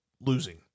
losing